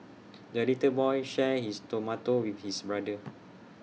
the little boy shared his tomato with his brother